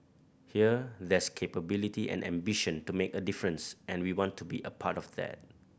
here there's capability and ambition to make a difference and we want to be a part of that